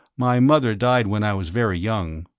my mother died when i was very young,